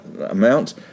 amount